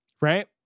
right